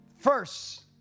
First